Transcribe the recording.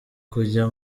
kujya